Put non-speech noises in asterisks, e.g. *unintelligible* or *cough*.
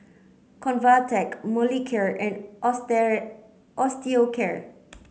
Convatec Molicare and *unintelligible* Osteocare